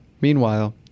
Meanwhile